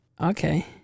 Okay